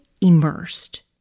immersed